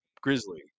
grizzly